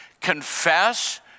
confess